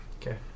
Okay